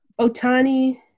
Otani